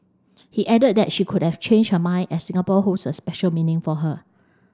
he added that she could have changed her mind as Singapore holds a special meaning for her